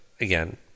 again